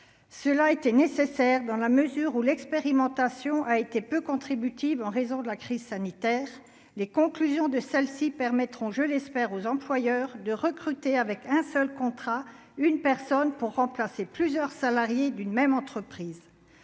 cela était nécessaire dans la mesure où l'expérimentation a été peu contributive en raison de la crise sanitaire, les conclusions de celles-ci permettront je l'espère, aux employeurs de recruter avec un seul contrat une personne pour remplacer plusieurs salariés d'une même entreprise